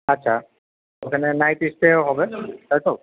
আচ্ছা ওখানে night stay হবে তাই তো